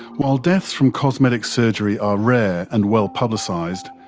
while deaths from cosmetic surgery are rare and well publicised,